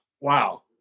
Wow